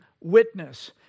witness